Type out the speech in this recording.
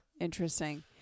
Interesting